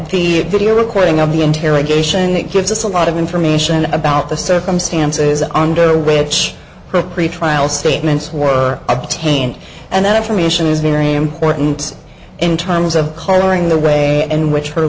the video recording of the interrogation that gives us a lot of information about the circumstances under which her pretrial statements were obtained and that information is very important in terms of coloring the way in which her